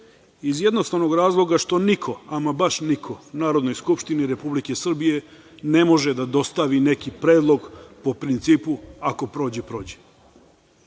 Iz jednostavnog razloga što niko, ama baš niko u Narodnoj skupštini Republike Srbije ne može da dostavi neki predlog po principu ako prođe prođe.